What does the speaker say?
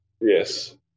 Yes